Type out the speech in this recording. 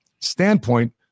standpoint